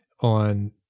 on